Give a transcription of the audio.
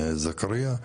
זכריא.